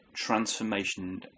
transformation